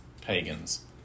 pagans